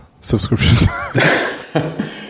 subscriptions